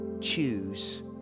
choose